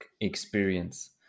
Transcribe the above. experience